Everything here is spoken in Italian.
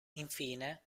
infine